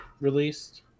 released